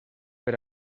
per